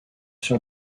sur